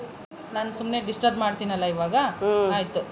ನಮ್ಮ ಕರ್ನಾಟಕದಲ್ಲಿ ಎಷ್ಟು ನೇರಾವರಿ ಭೂಮಿ ಇದೆ?